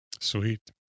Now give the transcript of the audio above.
Sweet